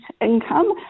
income